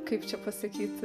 kaip čia pasakyt